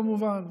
כמובן,